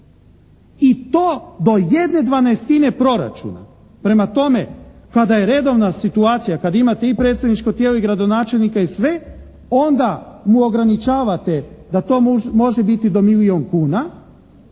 i to do 1/12 proračuna, prema tome kada je redovna situacija, kad imate i predstavničko tijelo i gradonačelnika i sve, onda mu ograničavate da to može biti do milijun kuna,